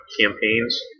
campaigns